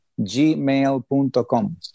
gmail.com